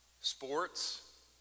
sports